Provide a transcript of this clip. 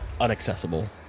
Unaccessible